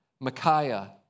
Micaiah